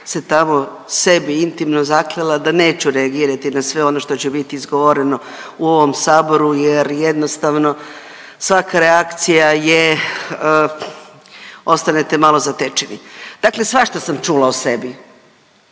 se tamo sebi intimno zaklela da neću reagirati na sve ono što će biti izgovoreno u ovom saboru jer jednostavno svaka reakcija je, ostanete malo zatečeni. Dakle svašta sam čula o sebi,